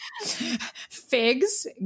Figs